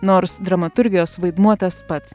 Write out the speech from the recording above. nors dramaturgijos vaidmuo tas pats